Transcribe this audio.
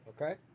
Okay